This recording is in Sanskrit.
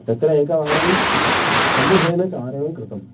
तत्र एकवारं समूहेन चारणं कृतम्